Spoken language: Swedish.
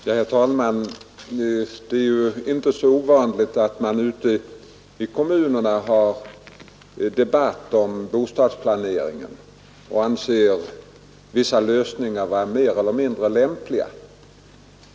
Herr talman! Det är ju inte så ovanligt att man ute i kommunerna har debatt om bostadsplaneringen och anser vissa lösningar vara mer eller mindre lämpliga.